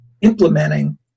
implementing